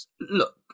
Look